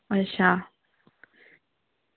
अच्छा